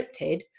encrypted